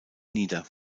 nieder